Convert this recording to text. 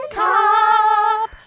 top